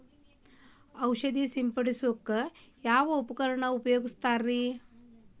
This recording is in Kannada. ಔಷಧಿ ಸಿಂಪಡಿಸಕ ಯಾವ ಉಪಕರಣ ಬಳಸುತ್ತಾರಿ?